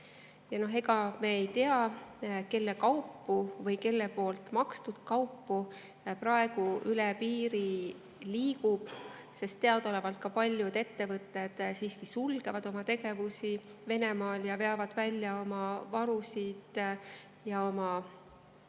Ega me ei tea, kelle kaupu või kelle makstud kaupu praegu üle piiri liigub, sest teadaolevalt ka paljud ettevõtted sulgevad oma tegevust Venemaal ja veavad välja oma varusid ja